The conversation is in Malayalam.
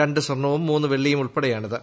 രണ്ട് സ്വർണവും മൂന്ന് വെള്ളിയും ഉൾപ്പെടെയാണ് ഇത്